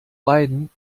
beiden